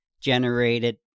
generated